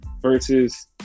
versus